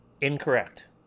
Incorrect